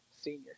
senior